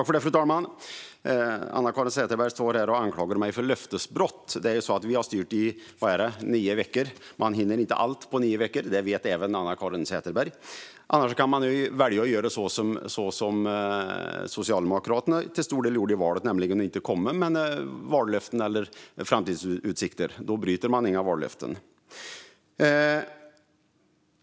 Fru talman! Anna-Caren Sätherberg anklagar mig för löftesbrott. Vi har styrt i nio veckor, och man hinner inte allt på nio veckor. Det vet även Anna-Caren Sätherberg. Annars kan man välja att göra som Socialdemokraterna till stor del gjorde i valet, nämligen att inte avge vallöften eller tala om framtidsutsikter. Då bryter man inga vallöften.